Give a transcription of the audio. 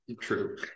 True